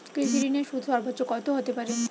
কৃষিঋণের সুদ সর্বোচ্চ কত হতে পারে?